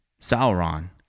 Sauron